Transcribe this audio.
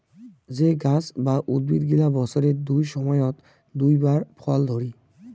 যে গাছ বা উদ্ভিদ গিলা বছরের দুই সময়ত দুই বার ফল ধরি